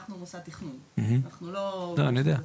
אנחנו מוסד תכנון, אנחנו לא --- לא, אני יודע.